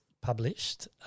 published